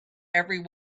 every